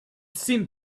seemed